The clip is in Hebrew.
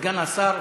סגן השר,